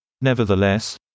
Nevertheless